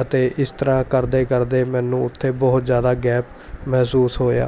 ਅਤੇ ਇਸ ਤਰ੍ਹਾਂ ਕਰਦੇ ਕਰਦੇ ਮੈਨੂੰ ਉੱਥੇ ਬਹੁਤ ਜ਼ਿਆਦਾ ਗੈਪ ਮਹਿਸੂਸ ਹੋਇਆ